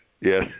Yes